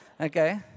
Okay